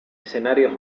escenarios